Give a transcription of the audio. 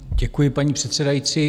Děkuji, paní předsedající.